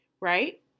Right